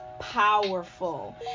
powerful